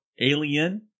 Alien